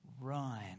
run